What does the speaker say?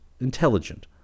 intelligent